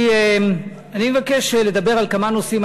אני מבקש לדבר על כמה נושאים,